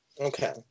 Okay